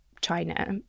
China